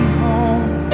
home